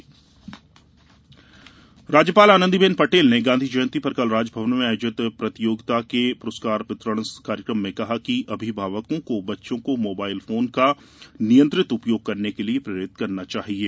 उच्चतम न्यायालय राज्यपाल राज्यपाल आनंदीबेन पटेल ने गाँधी जयंती पर कल राजभवन में आयोजित प्रतियोगिता के पुरस्कार वितरण कार्यक्रम में कहा कि अभिभावकों को बच्चों को मोबाइल फोन का नियंत्रित उपयोग करने के लिये प्रेरित करना चाहिये